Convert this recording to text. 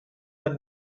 the